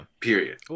Period